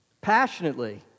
Passionately